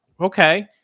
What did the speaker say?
okay